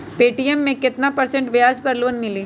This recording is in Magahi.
पे.टी.एम मे केतना परसेंट ब्याज पर लोन मिली?